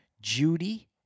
Judy